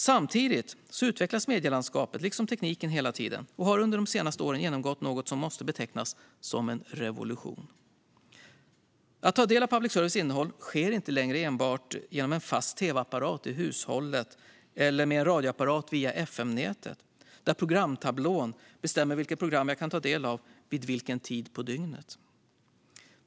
Samtidigt utvecklas medielandskapet liksom tekniken hela tiden och har under de senaste åren genomgått något som måste betecknas som en revolution. Att ta del av public services innehåll sker inte längre enbart genom en fast tv-apparat i hushållet eller med en radioapparat via FMnätet där programtablån bestämmer vilket program man kan ta del av vid vilken tid på dygnet.